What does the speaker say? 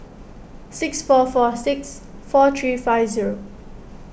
six four four six four three five zero